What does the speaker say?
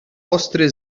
ostry